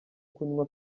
kunywa